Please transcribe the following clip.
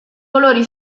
colori